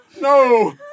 no